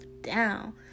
down